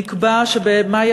נקבע שבמאי